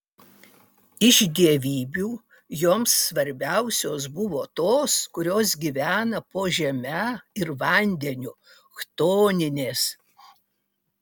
iš dievybių joms svarbiausios buvo tos kurios gyvena po žeme ir vandeniu chtoninės